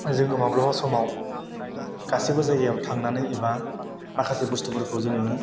जोङो माब्लाबा समाव गासैबो जायगायाव थांनानै एबा माखासे बुस्थुफोरखौ जोङो